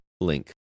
link